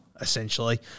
essentially